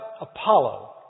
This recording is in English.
Apollo